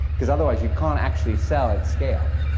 because otherwise, you can't actually sell at scale.